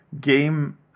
game